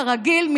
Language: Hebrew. כרגיל,